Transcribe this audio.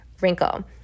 wrinkle